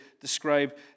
describe